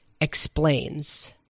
Explains